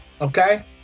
okay